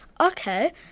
Okay